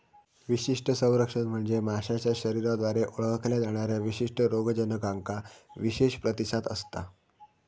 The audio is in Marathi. विशिष्ट संरक्षण म्हणजे माशाच्या शरीराद्वारे ओळखल्या जाणाऱ्या विशिष्ट रोगजनकांका विशेष प्रतिसाद असता